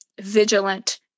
vigilant